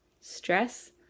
stress